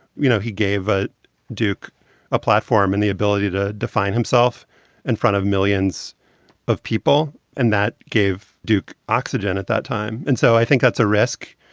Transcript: you know, he gave ah duke a platform and the ability to define himself in front of millions of people, and that gave duke oxygen at that time. and so i think that's a risk.